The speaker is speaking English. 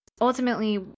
ultimately